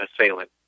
assailant